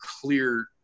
clear